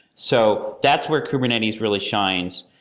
so that's where kubernetes really shines.